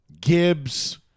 Gibbs